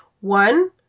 One